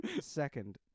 Second